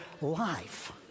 life